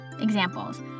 examples